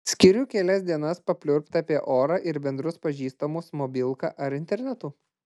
skiriu kelias dienas papliurpt apie orą ir bendrus pažįstamus mobilka ar internetu